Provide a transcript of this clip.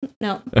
no